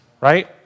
right